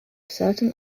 certain